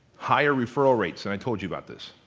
higher referral rates. and i told you about this,